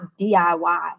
DIY